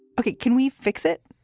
ok. can we fix it?